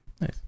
Nice